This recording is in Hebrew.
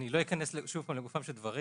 שוב פעם, אני לא אכנס לגופם של דברים,